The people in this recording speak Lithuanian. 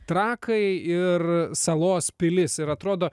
trakai ir salos pilis ir atrodo